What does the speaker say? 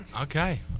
okay